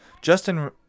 Justin